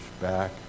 back